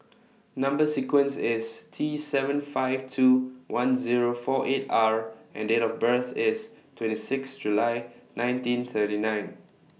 Number sequence IS T seven five two one Zero four eight R and Date of birth IS twenty six July nineteen thirty nine